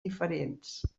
diferents